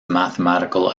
mathematical